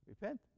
repent